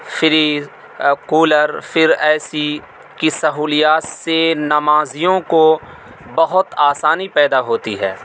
freeze cooler پھر ایسی کی سہولیات سے نمازیوں کو بہت آسانی پیدا ہوتی ہے